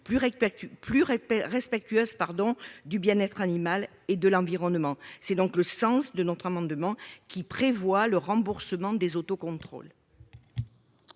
répète respectueuse, pardon, du bien-être animal et de l'environnement, c'est donc le sens de notre amendement qui prévoit le remboursement des auto-contrôles.